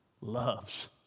loves